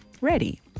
ready